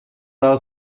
daha